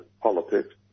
politics